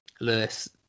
lewis